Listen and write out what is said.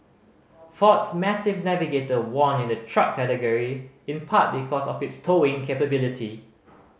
Ford's massive Navigator won in the truck category in part because of its towing capability